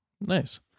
Nice